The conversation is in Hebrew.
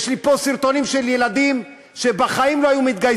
יש לי פה סרטונים של ילדים שבחיים לא היו מתגייסים,